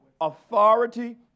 authority